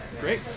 Great